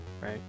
Right